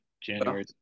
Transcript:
January